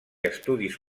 estudis